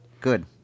Good